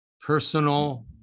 personal